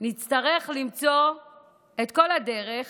נצטרך למצוא את כל הדרך